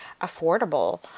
affordable